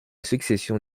succession